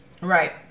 Right